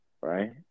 Right